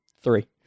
Three